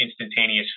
instantaneous